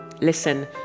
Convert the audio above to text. listen